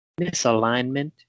misalignment